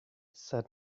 said